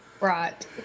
Right